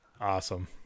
Awesome